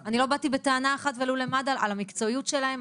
אני לא באתי בטענה אחת למד"א על המקצועיות שלהם,